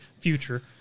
future